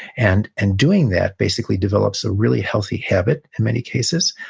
and and doing that basically develops a really healthy habit in many cases.